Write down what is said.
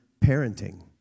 parenting